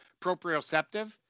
Proprioceptive